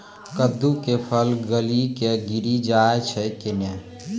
कददु के फल गली कऽ गिरी जाय छै कैने?